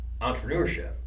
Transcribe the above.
entrepreneurship